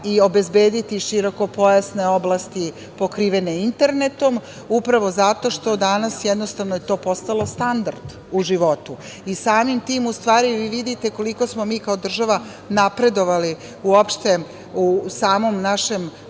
i obezbediti širokopojasne oblasti pokrivene internetom, upravo zato što danas jednostavno je to postalo standard u životu. Samim tim, u stvari, vi vidite koliko smo mi kao država napredovali uopšte u samom našem